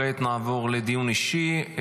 כעת נעבור לדיון אישי.